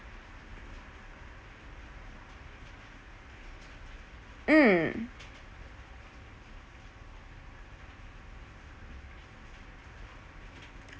mm